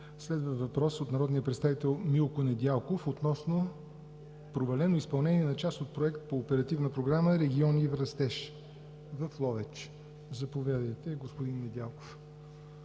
Следва въпрос от народния представител Милко Недялков относно провалено изпълнение на част от проект по Оперативна програма „Региони в растеж“ в Ловеч. Заповядайте, господин Недялков.